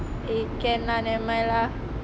eh can lah never mind lah